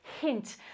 hint